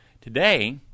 Today